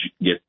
get